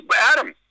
Adam